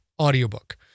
audiobook